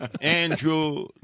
Andrew